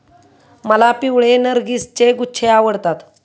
मला पिवळे नर्गिसचे गुच्छे आवडतात